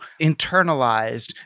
internalized